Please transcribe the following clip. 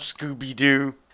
Scooby-Doo